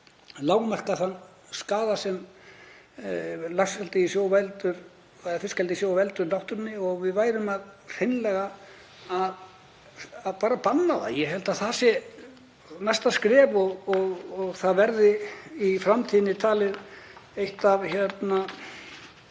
lágmarka þann skaða sem fiskeldi í sjó veldur náttúrunni, að við værum hreinlega að banna það. Ég held að það sé næsta skref og það verði í framtíðinni talið eitt af því